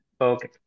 Okay